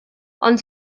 ond